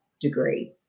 degree